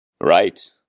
Right